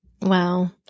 Wow